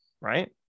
right